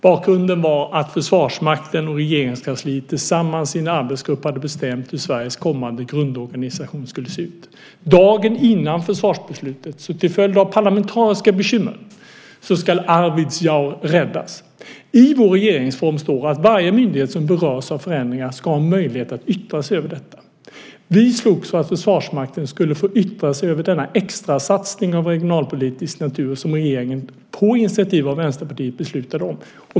Bakgrunden var att Försvarsmakten och Regeringskansliet tillsammans i en arbetsgrupp hade bestämt hur Sveriges kommande grundorganisation skulle se ut, dagen innan försvarsbeslutet, så till följd av parlamentariska bekymmer skulle Arvidsjaur räddas. I vår regeringsform står att varje myndighet som berörs av förändringar ska ha möjlighet att yttra sig över detta. Vi slogs för att Försvarsmakten skulle få yttra sig över denna extrasatsning av regionalpolitisk natur som regeringen, på initiativ av Vänsterpartiet, beslutade om.